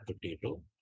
potato